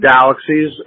galaxies